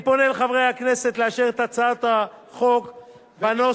אני פונה לחברי הכנסת לאשר את הצעת החוק בנוסח,